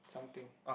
something